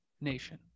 nation